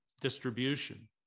distribution